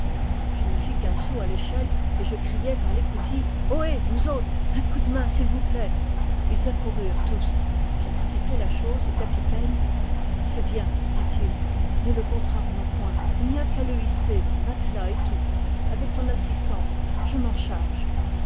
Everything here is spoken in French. je ne fis qu'un saut à l'échelle et je criai par l'écoutille ohé vous autres un coup de main s'il vous plaît ils accoururent tous j'expliquai la chose au capitaine c'est bien dit-il ne le contrarions point il n'y a qu'à le hisser matelas et tout avec ton assistance je m'en charge